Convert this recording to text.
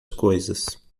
coisas